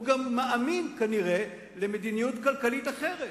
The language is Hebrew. הוא גם מאמין כנראה במדיניות כלכלית אחרת.